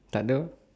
takde